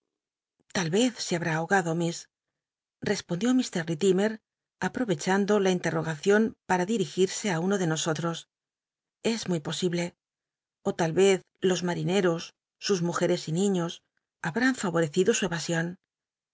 ral ez se habr á ahogado miss respondió mr littimer aprovcchando la intcrtogaaion para dirigirse tí uno de nosol t'os es muy posible ó lal yez jos marineros sus mujcrcs y niños habrán favorecido su evasion